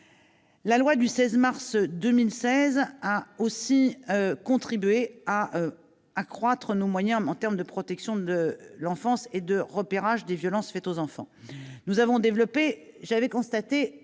La loi du 14 mars 2016 a également contribué à accroître nos moyens en matière de protection de l'enfance et de détection des violences faites aux enfants.